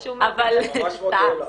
שרון, אני ממש מודה לך,